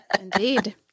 indeed